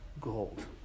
gold